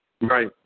Right